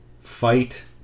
fight